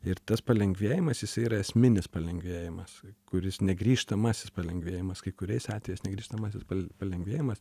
ir tas palengvėjimas jisai yra esminis palengvėjimas kuris negrįžtamasis palengvėjimas kai kuriais atvejais negrįžtamasis palengvėjimas